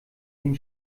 dem